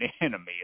enemy